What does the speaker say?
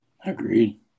Agreed